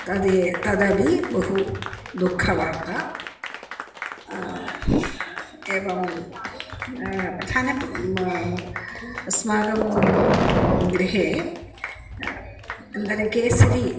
तदे तदपि बहु दुःखवार्ता एवं प्रधानम् अस्माकं गृहे अनन्तरं केसरि